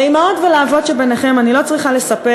לאימהות ולאבות שביניכם אני לא צריכה לספר